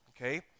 Okay